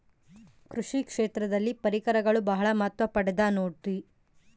ಕೃಷಿ ಕ್ಷೇತ್ರದಲ್ಲಿ ಪರಿಕರಗಳು ಬಹಳ ಮಹತ್ವ ಪಡೆದ ನೋಡ್ರಿ?